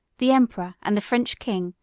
the emperor, and the french king,